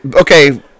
Okay